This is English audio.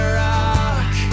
rock